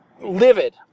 livid